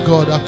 God